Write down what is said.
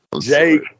Jake